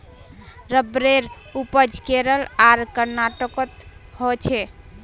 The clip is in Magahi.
रबरेर उपज केरल आर कर्नाटकोत होछे